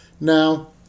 Now